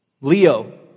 Leo